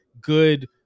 good